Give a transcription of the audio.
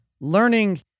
learning